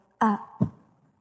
up